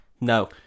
No